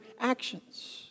actions